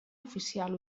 oficial